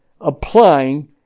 applying